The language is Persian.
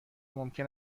ممکن